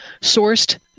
sourced